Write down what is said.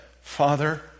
Father